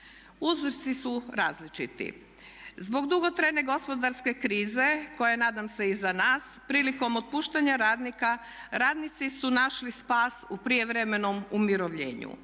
Uzroci su različiti. Zbog dugotrajne gospodarske krize koja je nadam se iza nas prilikom otpuštanja radnika radnici su našli spas u prijevremenom umirovljenju.